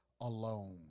alone